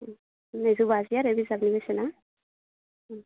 नैजौ बाजि आरो बिजाबनि बेसेना